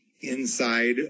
inside